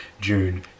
June